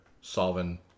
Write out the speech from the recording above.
solving